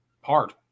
hard